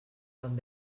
van